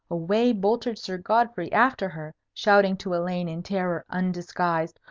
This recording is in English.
away bolted sir godfrey after her, shouting to elaine in terror undisguised,